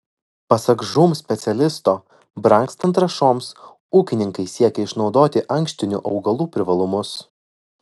pasak žūm specialisto brangstant trąšoms ūkininkai siekia išnaudoti ankštinių augalų privalumus